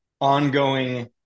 Ongoing